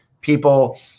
people